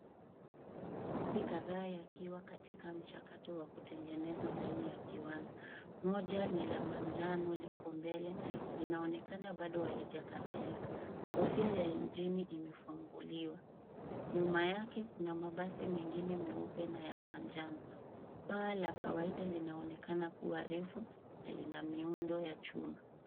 Kadhaa yakiwa katika mchakato wa kutengenezwa ndani ya kiwanda. Moja ni la manjano liko mbele linaonekana bado halijakamilika. Kofia ya injini imefunguliwa. Nyuma yake kuna mabasi mengine meupe na ya manjano. Paa la kawaida linaonekana kuwa refu na lina miundo ya chuma.